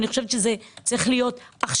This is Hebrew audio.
אני חושבת שזה צריך להיות עכשיו,